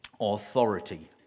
authority